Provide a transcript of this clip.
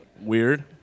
Weird